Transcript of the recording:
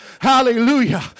Hallelujah